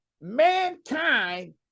mankind